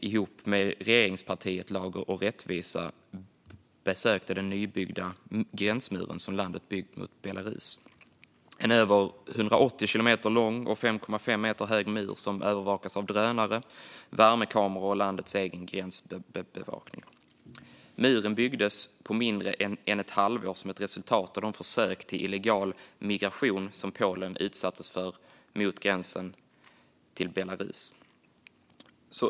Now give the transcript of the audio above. Ihop med regeringspartiet Lag och rättvisa besökte vi den gränsmur som landet nyligen byggt mot Belarus. Det är en över 180 kilometer lång och 5,5 meter hög mur som övervakas av drönare, värmekameror och landets egen gränsbevakning. Muren byggdes på mindre än ett halvår som ett resultat av de försök till illegal migration som Polen utsattes för via gränsen till Belarus.